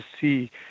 see